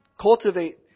cultivate